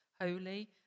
holy